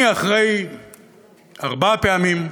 אני, אחרי ארבע פעמים,